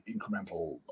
incremental